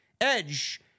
Edge